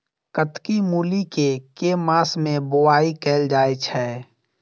कत्की मूली केँ के मास मे बोवाई कैल जाएँ छैय?